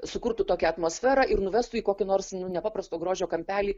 sukurtų tokią atmosferą ir nuvestų į kokį nors nu nepaprasto grožio kampelį